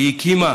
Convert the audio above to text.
היא הקימה